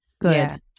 Good